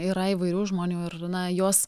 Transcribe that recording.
yra įvairių žmonių ir na juos